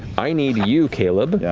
i need you, caleb, yeah